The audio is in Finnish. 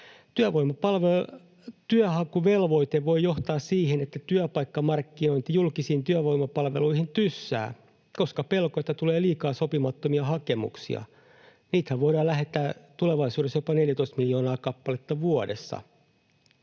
Työnhakuvelvoite voi johtaa siihen, että työpaikkamarkkinointi julkisiin työvoimapalveluihin tyssää, koska on pelko, että tulee liikaa sopimattomia hakemuksia. Niitä voidaan lähettää tulevaisuudessa jopa 14 miljoonaa kappaletta vuodessa.